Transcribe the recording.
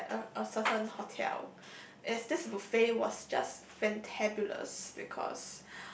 it's at a a certain hotel as this buffet was just fantabulous because